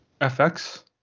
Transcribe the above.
FX